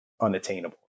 unattainable